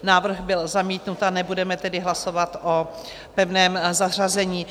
Návrh byl zamítnut, a nebudeme tedy hlasovat o pevném zařazení.